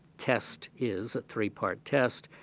test is, a three-part test,